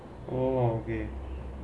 oh !wow! okay